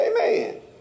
Amen